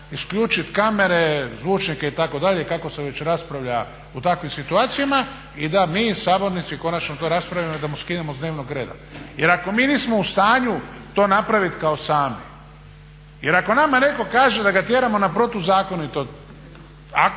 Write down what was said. isključit kamere, zvučnike itd., kako se već raspravlja u takvim situacijama i da mi sabornici konačno to raspravimo i da skinemo s dnevnog reda. Jer ako mi nismo u stanju to napravit kao sami, jer ako nama netko kaže da ga tjeramo na protuzakonit akt,